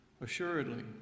assuredly